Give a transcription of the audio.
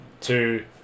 two